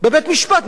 בבית-משפט.